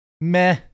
Meh